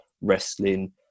wrestling